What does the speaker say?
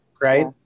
Right